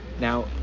now